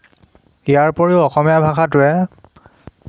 ইয়াৰ ওপৰিও অসমীয়া ভাষাটোৱে